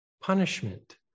punishment